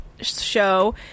show